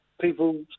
people